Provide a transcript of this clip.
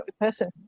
person